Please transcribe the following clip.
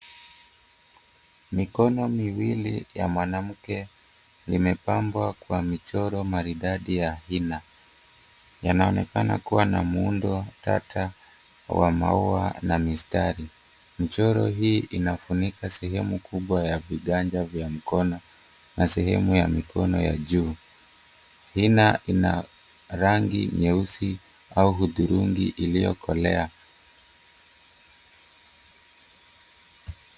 Mikono miwili ya mwanamke imepambwa kwa michoro maridadi ya hina. Yanaonekana kuwa na muundo tata wa maua na mistari. Michoro hii inafunika sehemu kubwa ya viganja vya mkono na sehemu ya mikono ya juu. Hina ina rangi nyeusi au hudhurungi iliyokolea.